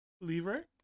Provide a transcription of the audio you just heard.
Lever